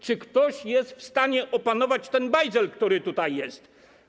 Czy ktoś jest w stanie opanować ten bajzel, który tutaj jest?